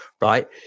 right